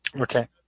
Okay